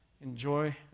enjoy